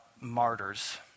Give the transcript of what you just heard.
martyrs